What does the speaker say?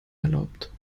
erlaubt